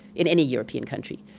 in any european country.